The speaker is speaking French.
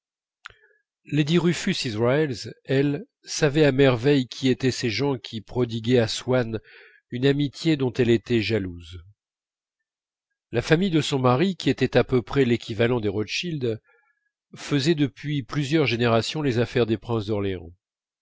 lady rufus israels elle savait à merveille qui étaient ces gens qui prodiguaient à swann une amitié dont elle était jalouse la famille de son mari qui était à peu près l'équivalent des rothschild faisait depuis plusieurs générations les affaires des princes d'orléans